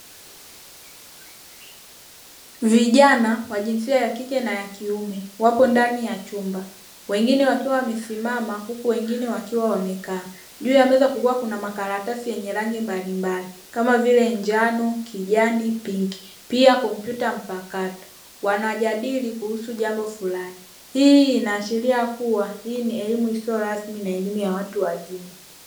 Vijana wa jinsia ya kike na ya kiume wapo ndani ya chumba, wengine wakiwa wamesimama huku wengine wakiwa wamekaa. Juu ya meza kukiwa na makaratasi yenye rangi mbalimbali kama vile: njano, kijani, pinki; pia kuna kuna kompyuta mpakato. Wanajadili kuhusu jambo fulani; hii inaashiria kuwa hii ni elimu isiyo rasmi na elimu ya watu wazima.